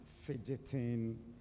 fidgeting